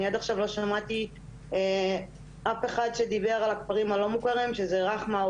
אני עד עכשיו לא שמעתי אף אחד שדיבר על הכפרים הלא מוכרים שזה רכמה,